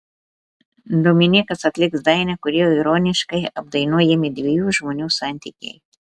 dominykas atliks dainą kurioje ironiškai apdainuojami dviejų žmonių santykiai